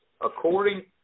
according